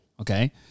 Okay